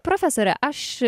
profesore aš